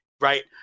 right